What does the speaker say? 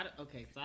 Okay